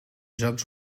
jocs